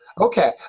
Okay